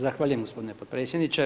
Zahvaljujem gospodine potpredsjedniče.